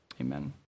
amen